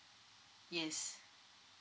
yes